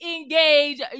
Engage